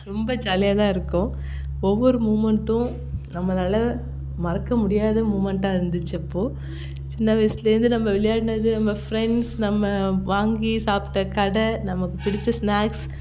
ரொம்ப ஜாலியாக தான் இருக்கும் ஒவ்வொரு மூவ்மெண்ட்டும் நம்மளால மறக்க முடியாத மூவ்மெண்ட்டாக இருந்துச்சு அப்போது சின்ன வயசுலேருந்து நம்ம விளையாடுனது நம்ம ஃப்ரெண்ட்ஸ் நம்ம வாங்கி சாப்பிட்ட கடை நமக்கு பிடித்த ஸ்நேக்ஸ்